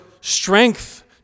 strength